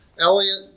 Elliot